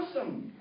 awesome